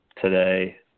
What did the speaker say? today